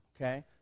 okay